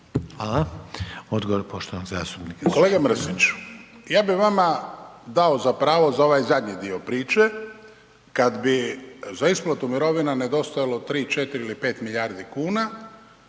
(HDZ)** Odgovor poštovanog zastupnika